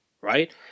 right